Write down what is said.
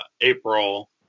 April